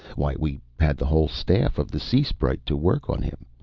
why, we had the whole staff of the sea sprite to work on him.